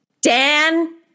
Dan